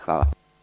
Hvala.